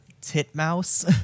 Titmouse